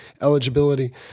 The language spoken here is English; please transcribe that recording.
eligibility